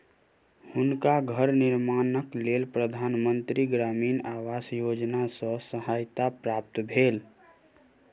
हुनका घर निर्माणक लेल प्रधान मंत्री ग्रामीण आवास योजना सॅ सहायता प्राप्त भेल